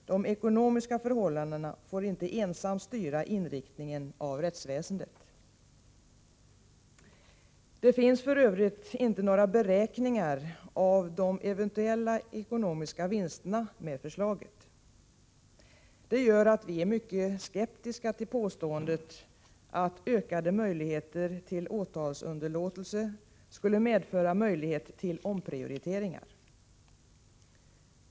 De ekonomiska förhållandena får inte ensamma styra inriktningen av rättsväsendet. Det finns f.ö. inte några beräkningar av de eventuella ekonomiska vinsterna med förslaget. Detta gör att vi är mycket skeptiska till påståendet att ökade möjligheter till åtalsunderlåtelse skulle medföra möjlighet till omprioriteringar.